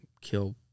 kill